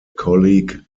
colleague